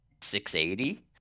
680